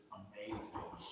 amazing